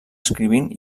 escrivint